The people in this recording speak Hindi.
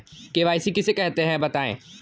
के.वाई.सी किसे कहते हैं बताएँ?